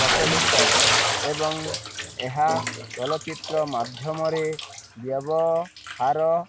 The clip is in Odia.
ପ୍ରଚଳିତ ଏବଂ ଏହା ଚଳଚ୍ଚିତ୍ର ମାଧ୍ୟମରେ ବ୍ୟବହାର